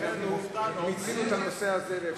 מיצינו את הנושא הזה.